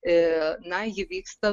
e na ji vyksta